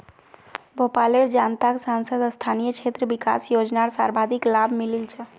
भोपालेर जनताक सांसद स्थानीय क्षेत्र विकास योजनार सर्वाधिक लाभ मिलील छ